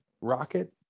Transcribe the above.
rocket